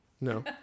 No